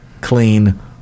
clean